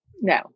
No